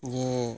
ᱡᱮ